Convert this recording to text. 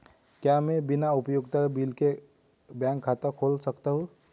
क्या मैं बिना उपयोगिता बिल के बैंक खाता खोल सकता हूँ?